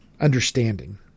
understanding